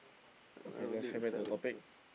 okay let's get back to the topic